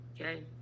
okay